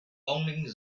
only